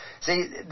See